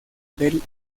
del